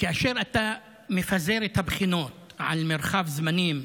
כאשר אתה מפזר את הבחינות על מרחב זמנים,